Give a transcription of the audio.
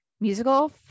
musical